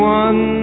one